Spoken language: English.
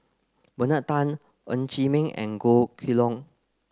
Bernard Tan Ng Chee Meng and Goh Kheng Long